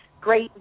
great